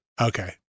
Okay